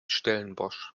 stellenbosch